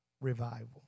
revival